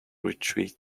retreat